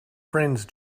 friends